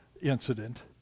incident